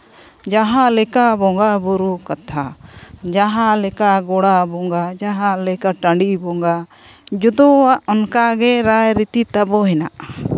ᱡᱟᱦᱟᱸ ᱞᱮᱠᱟ ᱵᱚᱸᱜᱟᱼᱵᱩᱨᱩ ᱠᱟᱛᱷᱟ ᱡᱟᱦᱟᱸ ᱞᱮᱠᱟ ᱜᱳᱲᱟ ᱵᱚᱸᱜᱟ ᱡᱟᱦᱟᱸ ᱞᱮᱠᱟ ᱴᱟᱺᱰᱤ ᱵᱚᱸᱜᱟ ᱡᱚᱛᱚᱣᱟᱜ ᱚᱱᱠᱟᱜᱮ ᱨᱟᱭ ᱨᱤᱛᱤ ᱛᱟᱵᱚ ᱦᱮᱱᱟᱜᱼᱟ